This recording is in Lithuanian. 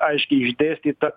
aiškiai išdėstyta